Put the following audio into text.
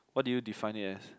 what do you defined it as